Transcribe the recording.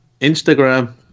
Instagram